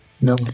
No